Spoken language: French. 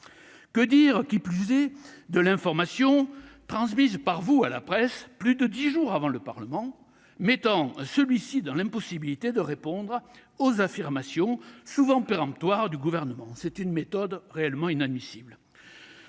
Que dire, qui plus est, du fait que l'information est transmise à la presse plus de dix jours avant de l'être au Parlement, mettant celui-ci dans l'impossibilité de répondre aux affirmations souvent péremptoires du Gouvernement ? C'est une méthode absolument inadmissible